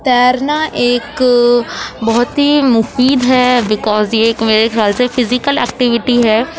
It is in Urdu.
تیرنا ایک بہت ہی مفید ہے بکاز یہ میرے خیال سے فیزیکل ایکٹیوٹی ہے